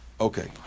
Okay